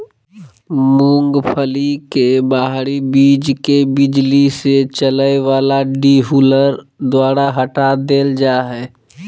मूंगफली के बाहरी बीज के बिजली से चलय वला डीहुलर द्वारा हटा देल जा हइ